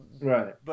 right